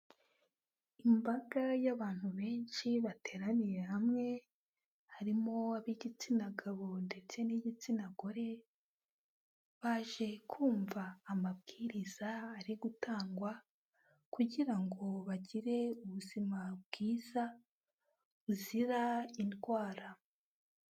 Imbaga y'abantu benshi bateraniye hamwe harimo ab'igitsina gabo ndetse n'igitsina gore baje kumva amabwiriza ari gutangwa kugira ngo bagire ubuzima bwiza buzira indwara.